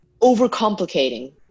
overcomplicating